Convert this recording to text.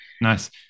Nice